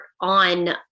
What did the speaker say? on